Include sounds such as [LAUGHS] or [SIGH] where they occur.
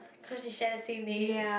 cause we share the same name [LAUGHS]